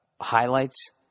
highlights